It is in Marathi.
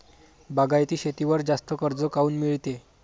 बागायती शेतीवर जास्त कर्ज काऊन मिळते?